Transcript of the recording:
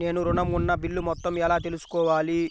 నేను ఋణం ఉన్న బిల్లు మొత్తం ఎలా తెలుసుకోవాలి?